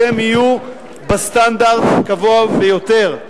שהם יהיו בסטנדרט הגבוה ביותר,